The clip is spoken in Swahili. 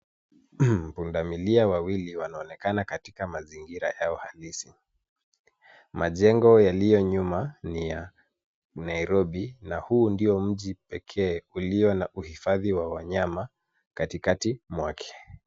Pundamilia wawili wanoonekana katika mazingira yao halisi. Majengo yaliyo nyuma ni ya Nairobi na huu ndiyo mji pekee ulio na uhifathi wa wanyama katikati mwake.